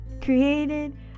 created